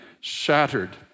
shattered